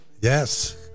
Yes